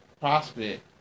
prospect